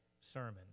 sermon